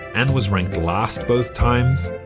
and was ranked last both times,